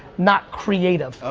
not creative,